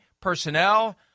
personnel